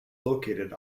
located